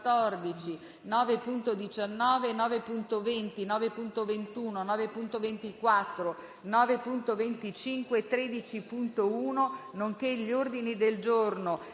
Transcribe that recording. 9.19, 9.20, 9.21, 9.24, 9.25, 9.26 e 13.1, nonché gli ordini del giorno